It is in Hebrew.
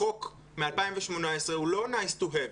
החוק מ2018 הוא לא nice to have,